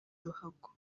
ruhago